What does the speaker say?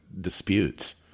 disputes